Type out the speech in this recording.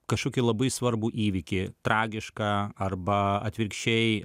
kažkokį labai svarbų įvykį tragišką arba atvirkščiai